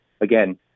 again